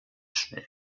schnell